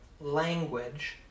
Language